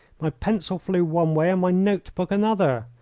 my pencil flew one way and my note-book another.